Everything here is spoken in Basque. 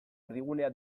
erdigunea